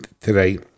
today